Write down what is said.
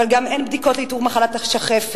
אבל גם אין בדיקות לאיתור מחלת השחפת,